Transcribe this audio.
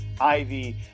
Ivy